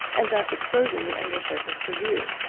and thus exposing the under surface to view.